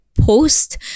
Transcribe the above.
post